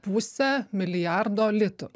pusę milijardo litų